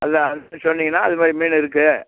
அதுதான் அதுக்கு சொன்னிங்கன்னால் அதுமாதிரி மீன் இருக்குது